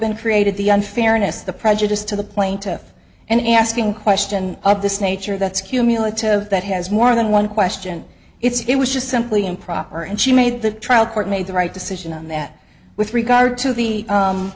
been created the unfairness the prejudice to the plaintiff and asking question of this nature that's cumulative that has more than one question it was just simply improper and she made the trial court made the right decision on that with regard to the